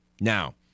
Now